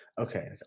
okay